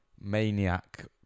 maniac